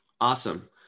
Awesome